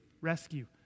rescue